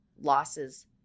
losses